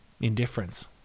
indifference